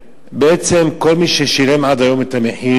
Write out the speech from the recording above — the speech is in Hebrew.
ובעצם כל מי ששילם עד היום את המחיר